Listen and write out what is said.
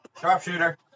Sharpshooter